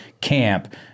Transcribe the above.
camp